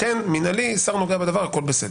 כן מינהלי, השר הנוגע בדבר, הכול בסדר.